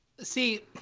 See